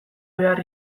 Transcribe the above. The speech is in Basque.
behar